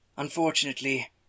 Unfortunately